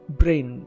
brain